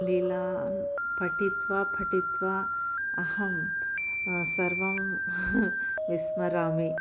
लीलाः पठित्वा पठित्वा अहं सर्वं विस्मरामि